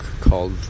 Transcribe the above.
called